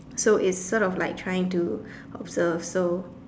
so it sorts of like trying to observe so